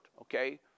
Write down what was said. okay